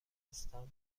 هستم